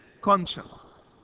conscience